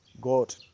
god